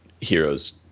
heroes